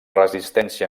resistència